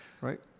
right